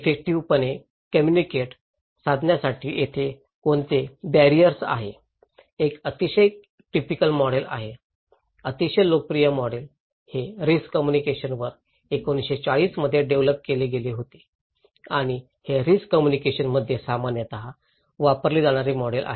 effective पणे communicate साधण्यासाठी तेथे कोणते बॅरिअरस आहेत एक अतिशय टिपिकल मॉडेल आहे अतिशय लोकप्रिय मॉडेल हे रिस्क कम्युनिकेशन वर 1940 मध्ये डेव्हलप केले गेले होते आणि हे रिस्क कम्युनिकेशन मध्ये सामान्यतः वापरले जाणारे मॉडेल आहे